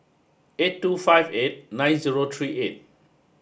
eight two five eight nine zero three eight